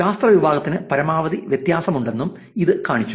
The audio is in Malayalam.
ശാസ്ത്ര വിഭാഗത്തിന് പരമാവധി വ്യത്യാസമുണ്ടെന്നും ഇത് കാണിച്ചു